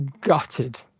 gutted